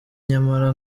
nyamara